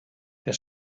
der